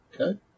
Okay